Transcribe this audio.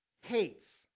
hates